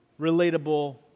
relatable